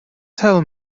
tell